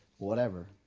whatever,